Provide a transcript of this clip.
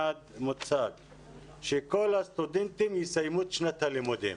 והוא שכל הסטודנטים יסיימו את שנת הלימודים.